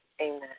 Amen